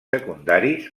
secundaris